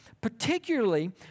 particularly